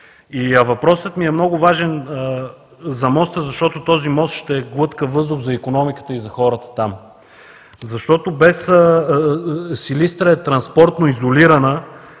въпросът ми е много важен – за моста, защото този мост ще е глътка въздух за икономиката и за хората там, защото Силистра е транспортно изолирана